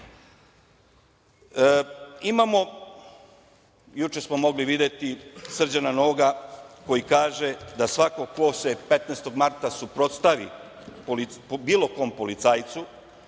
cenu. Juče smo mogli videti Srđana Noga koji kaže da svako ko se 15. marta suprotstavi bilo kom policajcu